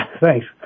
Thanks